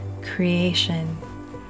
creation